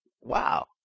WoW